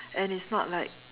and it's not like